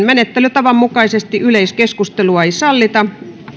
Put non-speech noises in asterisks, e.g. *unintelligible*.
*unintelligible* menettelytavan mukaisesti yleiskeskustelua ei sallita